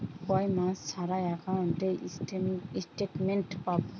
কয় মাস ছাড়া একাউন্টে স্টেটমেন্ট পাব?